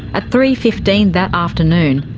at three. fifteen that afternoon,